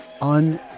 un